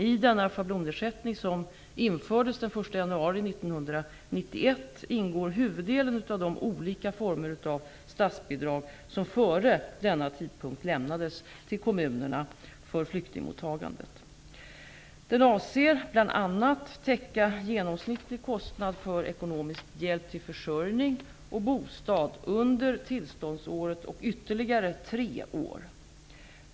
I denna schablonersättning, som infördes den 1 januari 1991, ingår huvuddelen av de olika former av statsbidrag som före denna tidpunkt lämnades till kommunerna för flyktingmottagande. Den avser bl.a. att täcka genomsnittlig kostnad för ekonomisk hjälp till försörjning och bostad under tillståndsåret och ytterligare tre år.